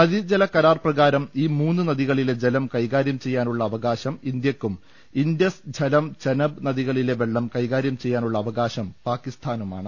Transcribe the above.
നദീജലകരാർ പ്രകാരം ഈ മൂന്ന് നദികളിലെ ജലം കൈകാര്യം ചെയ്യാനുള്ള അവകാശം ഇന്തൃക്കും ഇൻഡസ് ഝലം ചെനാബ് നദികളിലെ വെളളം കൈകാരൃം ചെയ്യാനുള്ള അവകാശം പാകിസ്ഥാനുമാണ്